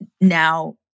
now